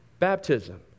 baptism